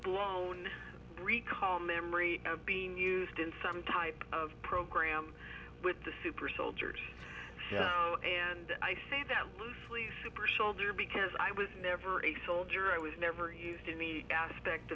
blown recall memory of being used in some type of program with the super soldiers and i say that loosely super soldier because i was never a soldier i was never used in the aspect